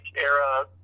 era